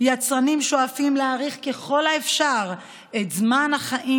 יצרנים שואפים להאריך ככל האפשר את זמן החיים